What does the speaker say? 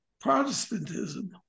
Protestantism